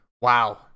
wow